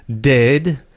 dead